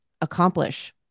accomplish